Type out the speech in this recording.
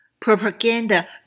propaganda